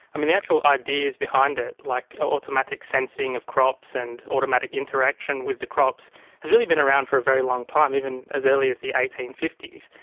um the actual ideas behind it, like automatic sensing of crops and automatic interaction with the crops has really been around for a very long time, even as early as the eighteen fifty s.